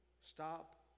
Stop